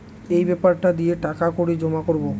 এই বেপারটা দিয়ে টাকা কড়ি জমা করাবো